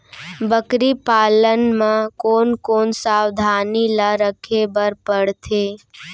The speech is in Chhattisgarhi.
बकरी पालन म कोन कोन सावधानी ल रखे बर पढ़थे?